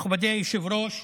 מכובדי היושב-ראש,